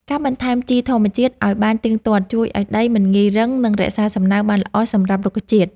ការបន្ថែមជីធម្មជាតិឱ្យបានទៀងទាត់ជួយឱ្យដីមិនងាយរឹង និងរក្សាសំណើមបានល្អសម្រាប់រុក្ខជាតិ។